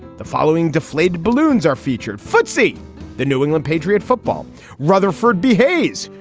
the following deflated balloons are featured footsie the new england patriot football rutherford b hayes,